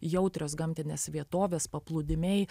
jautrios gamtinės vietovės paplūdimiai